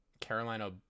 Carolina